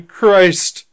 Christ